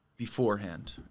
beforehand